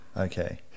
Okay